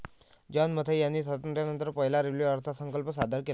John Mathai यांनी स्वातंत्र्यानंतर पहिला रेल्वे अर्थसंकल्प सादर केला